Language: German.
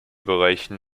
bereichen